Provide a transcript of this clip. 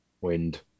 wind